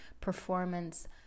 performance